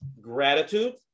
Gratitude